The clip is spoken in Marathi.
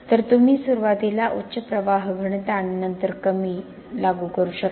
तर तुम्ही सुरवातीला उच्च प्रवाह घनता आणि नंतर कमी नंतर लागू करू शकता